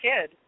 kid